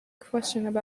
question